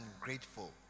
ungrateful